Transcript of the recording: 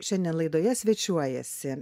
šiandien laidoje svečiuojasi